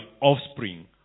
offspring